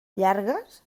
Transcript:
llargues